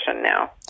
now